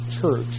church